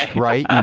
right?